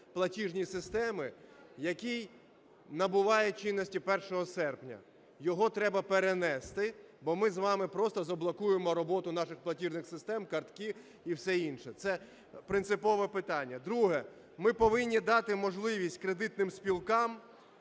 платіжні системи, який набуває чинності 1 серпня. Його треба перенести, бо ми з вами просто заблокуємо роботу наших платіжних систем, картки і все інше. Це принципове питання. Друге. Ми повинні дати можливість кредитним спілкам